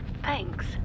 Thanks